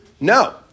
No